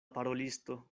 parolisto